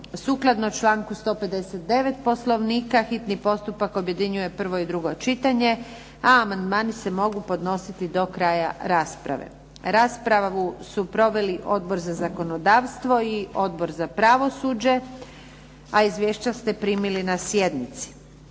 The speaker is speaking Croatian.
Sukladno članku 159. Poslovnika hitni postupak objedinjuje prvo i drugo čitanje, a amandmani se mogu podnositi do kraja rasprave. Raspravu su proveli Odbor za zakonodavstvo i Odbor za pravosuđe. A izvješća ste primili na sjednici.